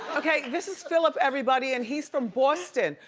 okay, this is phillip, everybody, and he's from boston.